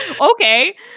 okay